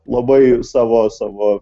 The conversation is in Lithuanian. labai savo savo